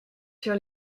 sur